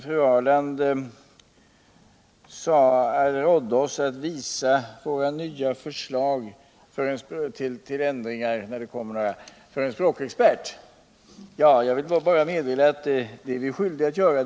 Karin Ahrland rådde oss att visa våra förslag till ändringar för en språkexpert. Jag vill då meddela att det är vi skyldiga att göra.